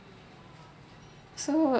so